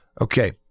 okay